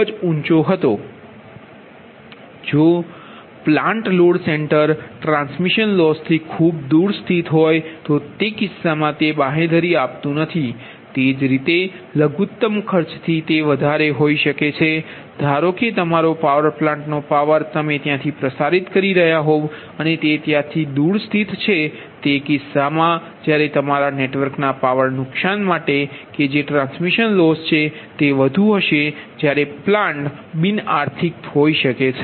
તેથી જો plant load centre transmission લોસથી ખૂબ દૂર સ્થિત હોય તો તે કિસ્સામાં તે બાંહેધરી આપતું નથી તે જ રીતે લઘુત્તમ ખર્ચથી તે વધારે હોઈ શકે છે ધારો કે તમારો પાવર પ્લાન્ટ નો પાવર તમે ત્યાંથી પ્રસારિત કરી રહ્યા હોય અને તે ત્યાંથી દૂર સ્થિત છે તેથી તે કિસ્સામાં જ્યારે તમારા નેટવર્કના પાવર નુકશાન માટે કે જે ટ્રાન્સમિશન લોસ છે તે વધુ હશે જ્યારે પ્લાન્ટ બિન આર્થિક હોઈ શકે